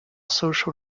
social